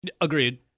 Agreed